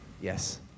Yes